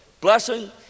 blessing